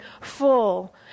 full